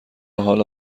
حالا